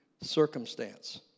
circumstance